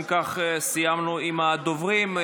אם כך, סיימנו עם הדוברים.